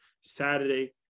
saturday